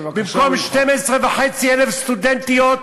במקום 12,500 סטודנטיות,